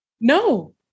No